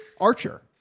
Archer